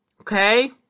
Okay